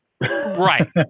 Right